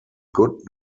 could